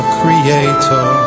creator